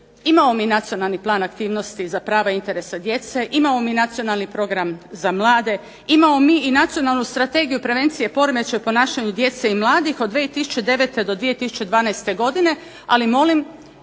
Imamo mi Nacionalni plan aktivnosti za prava interesa djece, imamo mi Nacionalni program za mlade, imamo mi i Nacionalnu strategiju prevencije u poremećaju i ponašanju djece i mladih od 2009. do 2012. godine, ali molim